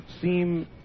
seem